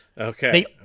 Okay